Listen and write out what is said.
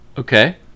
Okay